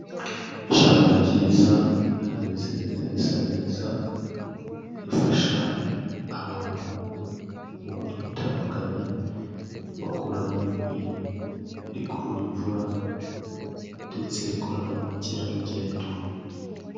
Ishyamba ryiza rimeze neza risa neza, rifasha abantu mu buryo butandukanye, bakuramo inkwi, rikurura imvura ndetse rikurura na bamukerarugendo.